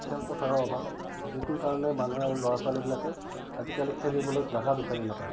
খেলপথাৰৰ অভাৱ যিটো কাৰণে মানুহে ল'ৰা ছোৱালীবিলাকে আজিকালি খেলিবলৈ জাগা বিচাৰি নাপায়